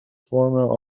former